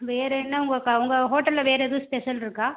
வேறு என்ன உங்கள் க உங்கள் ஹோட்டலில் வேறு எதுவும் ஸ்பெசல் இருக்கா